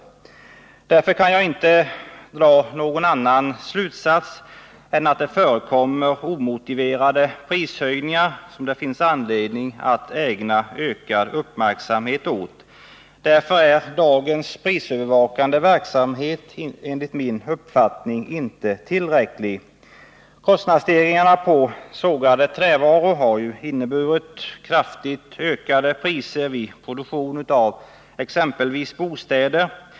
Därför kan jag inte dra någon annan slutsats än att det förekommer omotiverade prishöjningar som det finns anledning att ägna ökad uppmärksamhet åt. Därför är dagens prisövervakande verksamhet enligt min uppfattning inte tillräcklig. Kostnadsstegringarna på sågade trävaror har inneburit kraftigt ökade priser vid produktion av exempelvis bostäder.